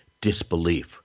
disbelief